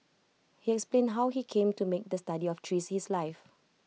he explained how he came to make the study of trees his life